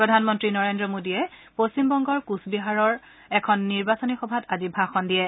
প্ৰধানমন্ত্ৰী নৰেন্দ্ৰ মৌদীয়ে পশ্চিমবংগৰ কোচবিহাৰৰ এখন নিৰ্বাচনী সভাত আজি ভাষণ দিয়ে